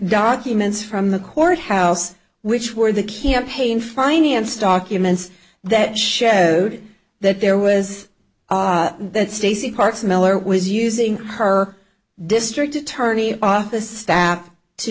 documents from the courthouse which were the campaign finance documents that showed that there was that stacy parts miller was using her district attorney's office staff to